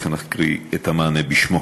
ולכן אקריא את המענה בשמו.